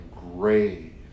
grave